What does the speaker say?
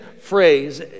phrase